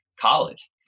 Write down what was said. college